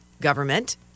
government